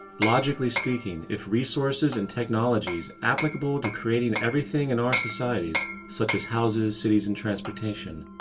logically speaking, if resources and technologies, applicable to creating everything in our societies such as houses, cities and transportation,